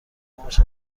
همش